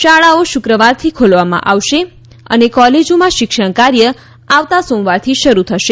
શાળાઓ શુક્રવારથી ખોલવામાં આવશે અને કોલેજોમાં શિક્ષણ કાર્ય આવતા સોમવારથી શરૂ થશે